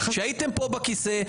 כשהייתם פה בכיסא,